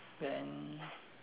then